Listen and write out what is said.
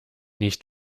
nicht